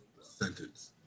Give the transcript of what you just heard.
sentence